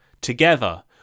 Together